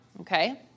okay